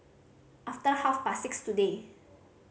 after half past six today